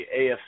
AFC